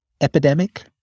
epidemic